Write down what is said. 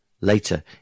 Later